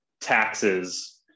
taxes